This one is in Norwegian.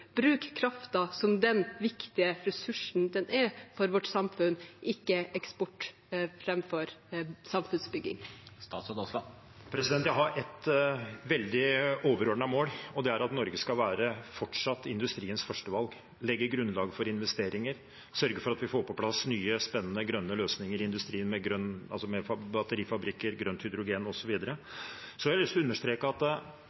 som den viktige ressursen den er for vårt samfunn – ikke eksport framfor samfunnsbygging? Jeg har et veldig overordnet mål, og det er at Norge fortsatt skal være industriens førstevalg, legge grunnlag for investeringer, sørge for at vi får på plass nye, spennende grønne løsninger i industrien, med batterifabrikker, grønt hydrogen osv. Jeg har lyst til å understreke at